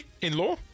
In-law